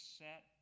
set